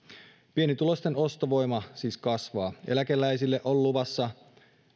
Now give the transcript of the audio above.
pienituloisten ostovoima siis kasvaa eläkeläisille on luvassa